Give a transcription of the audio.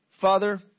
Father